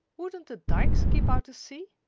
wouldn't the dykes keep out the sea?